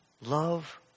Love